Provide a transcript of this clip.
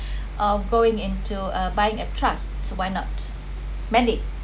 um going into uh buying a trusts why not mandy